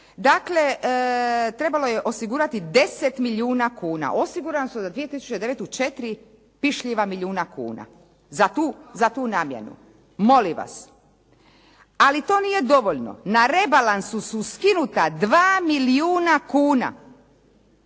Dakle, trebalo je osigurati 10 milijuna kuna. Osigurana su za 2009. 4 pišljiva milijuna kuna, za tu namjenu. Molim vas, ali to nije dovoljno. Na rebalansu su skinuta 2 milijuna kuna,